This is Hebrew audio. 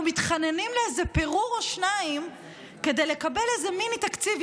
מתחננים לאיזה פירור או שניים כדי לקבל איזה מיני-תקציב?